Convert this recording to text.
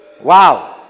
Wow